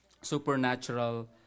Supernatural